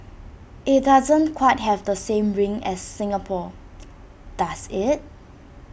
IT doesn't quite have the same ring as Singapore does IT